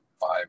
five